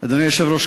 אדוני היושב-ראש,